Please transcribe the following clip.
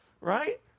right